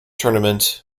tournament